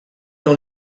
dans